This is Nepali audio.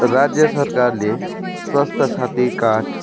राज्य सरकारले स्वास्थ्य साथी कार्ड